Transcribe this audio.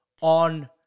on